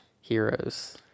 Heroes